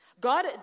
God